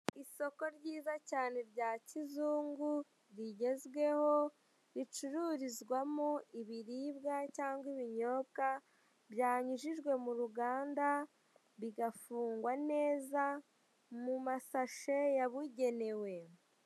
Isoko ryiza cyane rya kizungu rigezweho ricururizwamo ibiribwa cyangwa ibinyobwa byanyujijwe mu ruganda bagafungwa neza mu masashi yabugenewe.